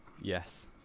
Yes